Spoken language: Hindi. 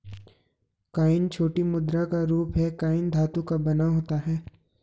कॉइन छोटी मुद्रा का रूप है कॉइन धातु का बना होता है